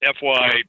FY